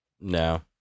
No